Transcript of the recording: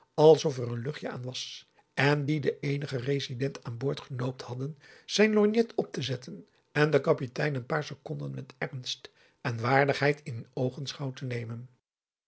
alsof er een luchtje aan was en die den eenigen resident aan boord genoopt hadden zijn lorgnet op te zetten en den kapitein een paar seconden met ernst en waardigheid in oogenschouw te nemen